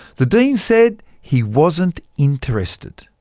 the dean said he wasn't interested.